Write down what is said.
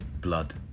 Blood